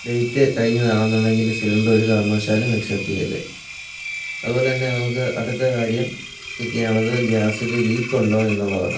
date കഴിഞ്ഞതാണെന്നുണ്ടെങ്കിൽ cylinder ഒരു കാരണവശാലും അക്സെപ്റ്റ് ചെയ്യല്ല് അതുപോലെ തന്നെ നമുക്ക് അടുത്ത കാര്യം ചെക്ക് ചെയ്യാനുള്ളത് ഗ്യാസിൽ ലീക്ക് ഉണ്ടോ എന്നുള്ളതാണ്